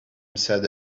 sad